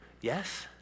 Yes